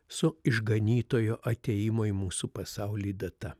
su išganytojo atėjimo į mūsų pasaulį data